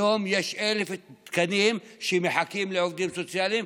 היום יש 1,000 תקנים שמחכים לעובדים סוציאליים,